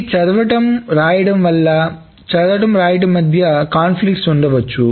ఈ చదవడం రాయడం వల్ల చదవడం రాయడం మధ్య విభేదాలు ఉండవచ్చు